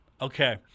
Okay